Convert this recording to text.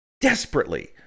desperately